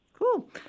Cool